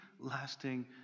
lasting